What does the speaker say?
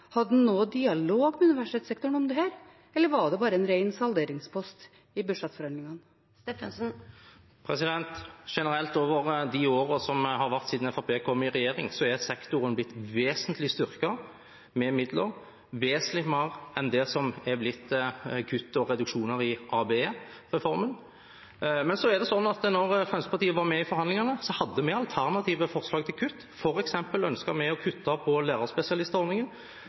Hadde en noen dialog med universitetssektoren om dette, eller var det bare en ren salderingspost i budsjettforhandlingene? Generelt i de årene som har gått siden Fremskrittspartiet kom i regjering, er sektoren blitt vesentlig styrket med midler, vesentlig mer enn det som er blitt kutt og reduksjoner i ABE-reformen. Men så er det sånn at da Fremskrittspartiet var med i forhandlingene, hadde vi alternative forslag til kutt. Vi ønsket f.eks. å kutte på lærerspesialistordningen,